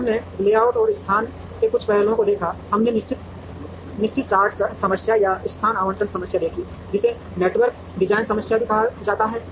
फिर हमने लेआउट और स्थान के कुछ पहलुओं को देखा हमने निश्चित चार्ज समस्या या स्थान आवंटन समस्या देखी जिसे नेटवर्क डिज़ाइन समस्या भी कहा जाता है